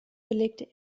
belegte